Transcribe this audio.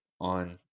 on